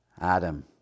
Adam